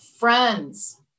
Friends